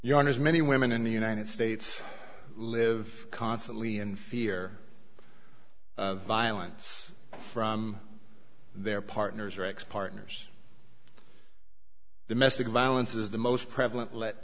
on as many women in the united states live constantly in fear of violence from their partners or ex partners domestic violence is the most prevalent let